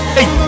Hey